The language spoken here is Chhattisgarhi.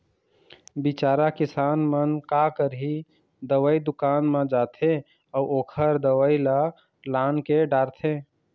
बिचारा किसान मन का करही, दवई दुकान म जाथे अउ ओखर दवई ल लानके डारथे